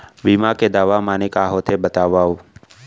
बीमा के दावा माने का होथे बतावव?